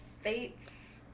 Fates